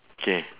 K